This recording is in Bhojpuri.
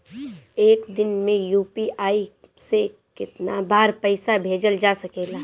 एक दिन में यू.पी.आई से केतना बार पइसा भेजल जा सकेला?